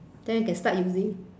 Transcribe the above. then you can start using